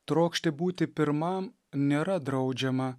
trokšti būti pirmam nėra draudžiama